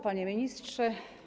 Panie Ministrze!